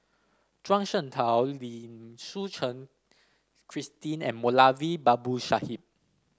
Zhuang Shengtao Lim Suchen Christine and Moulavi Babu Sahib